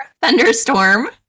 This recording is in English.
thunderstorm